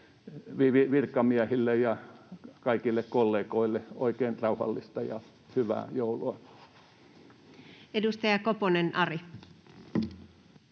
virkamiehille ja kaikille kollegoille oikein rauhallista ja hyvää joulua. [Speech